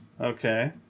Okay